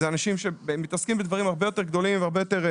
זה אנשים שמתעסקים בדברים הרבה יותר גדולים והרבה יותר,